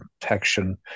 protection